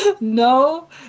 No